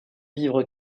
vivre